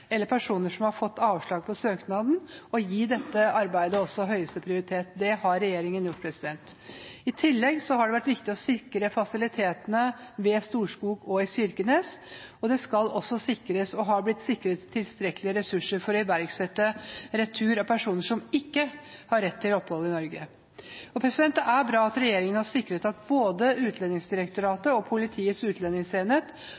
personer som har fått avslag på søknaden, og å gi dette arbeidet høyeste prioritet. Det har regjeringen gjort. I tillegg har det vært viktig å sikre fasilitetene ved Storskog og i Kirkenes. Det skal sikres og har blitt sikret tilstrekkelige ressurser for å iverksette retur av personer som ikke har rett til opphold i Norge. Det er bra at regjeringen har sikret at både Utlendingsdirektoratet og Politiets utlendingsenhet